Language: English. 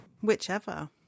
whichever